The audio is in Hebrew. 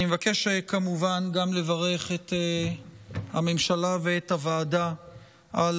אני מבקש, כמובן, גם לברך את הממשלה ואת הוועדה על